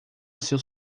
seus